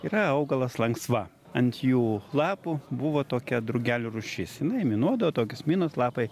yra augalas lanksva ant jų lapų buvo tokia drugelių rūšis jinai minuodavo tokius minus lapai